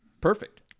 perfect